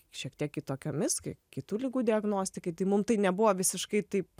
šiek tiek kitokiomis kaip kitų ligų diagnostikai tai mum tai nebuvo visiškai taip